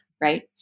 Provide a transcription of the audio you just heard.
right